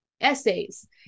essays